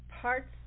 parts